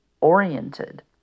oriented